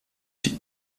die